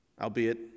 albeit